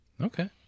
Okay